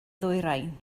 ddwyrain